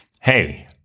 Hey